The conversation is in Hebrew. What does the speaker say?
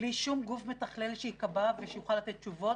בלי שום גוף מתכלל שיקבע ושיוכל לתת תשובות,